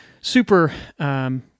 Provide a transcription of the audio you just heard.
Super